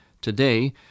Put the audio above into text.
today